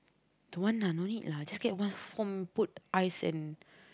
don't want lah no need lah just get one home put ice and